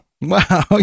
Wow